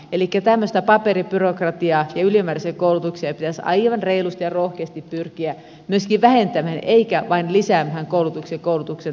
elikkä tämmöistä paperibyrokratiaa ja ylimääräisiä koulutuksia pitäisi aivan reilusti ja rohkeasti pyrkiä myöskin vähentämään eikä vain lisäämään koulutusta koulutuksen takia